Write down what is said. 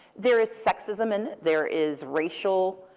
there is sexism. and there is racial